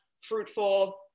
fruitful